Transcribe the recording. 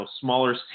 smaller